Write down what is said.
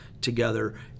together